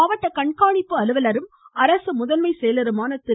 மாவட்ட கண்காணிப்பு அலுவலரும் அரசு முதன்மை செயலருமான திரு